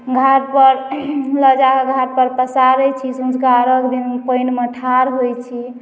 घाटपर लऽ जाकऽ घाटपर पसारैत छी सँझुका अर्घ्य दिन पानिमे ठाढ़ होइत छी